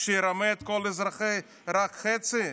שירמה את כל האזרחים רק חצי?